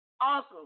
Awesome